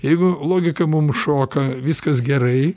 jeigu logika mum šoka viskas gerai